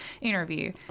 interview